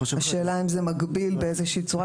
השאלה היא אם זה מגביל באיזושהי צורה,